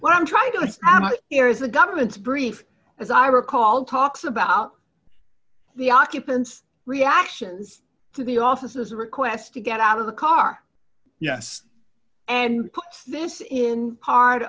what i'm trying to do and i hear is the government's brief as i recall talks about the occupants reactions to the officers a request to get out of the car yes and this in part